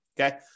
Okay